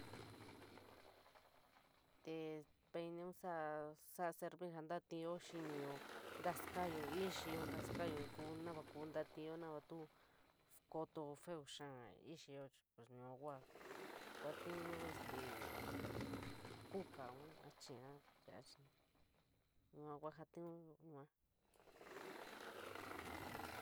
Taakuniechií pues jaa saja kuu ja saja ña kuatiiyo ku ja ntasomiyo ini veleyo nama maa ku enala yua kua este jatiiunyo kuu ntaku yua.